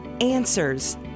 answers